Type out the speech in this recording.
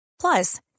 plus